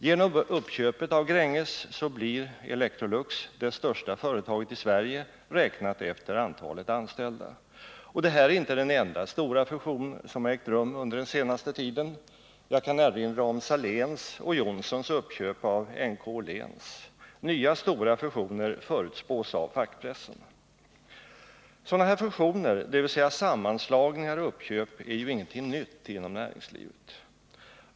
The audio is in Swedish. Genom uppköpet av Gränges blir Electrolux det största företaget i Sverige, räknat efter antalet anställda. Det här är inte den enda stora fusion som har ägt rum under den senaste tiden. Jag kan erinra om Saléns och Johnsons köp av NK-Åhléns. Nya stora fusioner förutspås av fackpressen. Sådana här fusioner, dvs. sammanslagningar och uppköp, är ingenting nytt inom näringslivet.